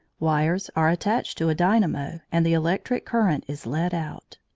wires are attached to a dynamo and the electric current is led out.